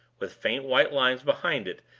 with faint white lines behind it,